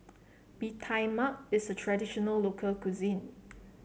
Bee Tai Mak is a traditional local cuisine